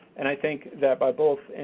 and i think that by both, and